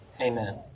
Amen